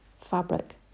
fabric